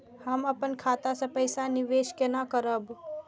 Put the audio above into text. हम अपन खाता से पैसा निवेश केना करब?